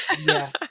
yes